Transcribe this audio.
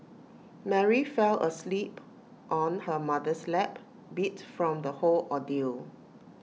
Mary fell asleep on her mother's lap beat from the whole ordeal